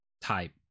type